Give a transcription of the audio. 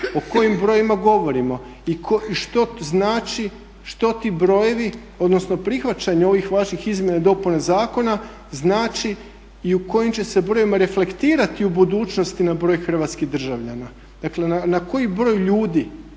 O kojim brojevima govorimo i što znači, što ti brojevi odnosno prihvaćanje ovih vaših izmjena i dopuna zakona znači i u kojim će se brojevima reflektirati u budućnosti na broj hrvatskih državljana. Dakle na koji broj ljudi